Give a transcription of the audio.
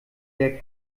der